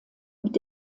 mit